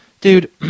Dude